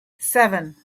seven